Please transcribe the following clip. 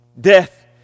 Death